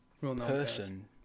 person